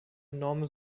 enorme